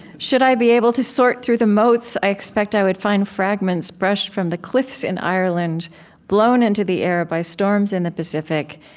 should i be able to sort through the motes, i expect i would find fragments brushed from the cliffs in ireland blown into the air by storms in the pacific,